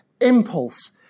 impulse